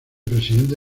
presidente